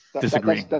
disagree